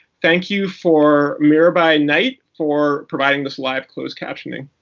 thank you for mirabai knight for providing this live closed captioning.